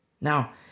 Now